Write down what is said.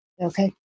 okay